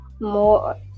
more